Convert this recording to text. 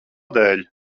dēļ